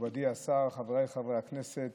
מכובדי השר, חבריי חברי הכנסת,